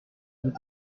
vous